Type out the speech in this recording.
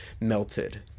melted